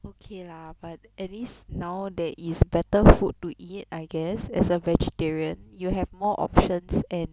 okay lah but at least now there is better food to eat I guess as a vegetarian you have more options and